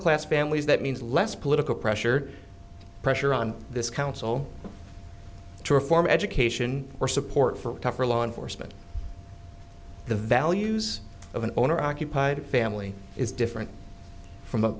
class families that means less political pressure pressure on this council to reform education or support for tougher law enforcement the values of an owner occupied family is different